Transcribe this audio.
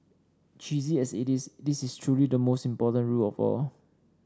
cheesy as it is this is truly the most important rule of all